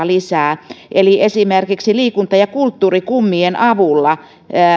lisää eli esimerkiksi liikunta ja kulttuurikummien avulla